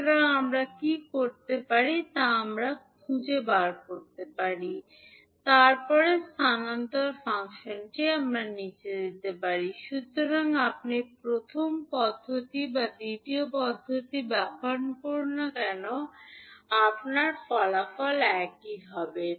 সুতরাং আমরা কী করতে পারি তা আমরা খুঁজে বের করতে পারি তারপরে স্থানান্তর ফাংশনটি দেওয়া হয় সুতরাং আপনি প্রথম পদ্ধতি বা দ্বিতীয় পদ্ধতি ব্যবহার করুন না কেন আপনি একই ফলাফল পাবেন